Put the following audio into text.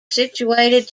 situated